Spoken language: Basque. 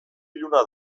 iluna